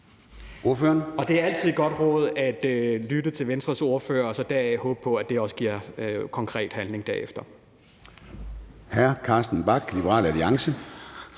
Det er altid et godt råd, at man skal lytte til Venstres ordfører, og så ud fra det håbe på, at det også fører til konkret handling derefter.